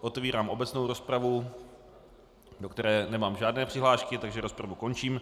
Otevírám obecnou rozpravu, do které nemám žádné přihlášky, takže rozpravu končím.